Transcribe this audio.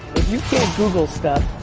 you can't google stuff,